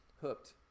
hooked